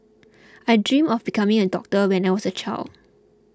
I dreamt of becoming a doctor when I was a child